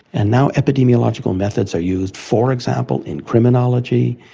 and now epidemiological methods are used, for example, in criminology,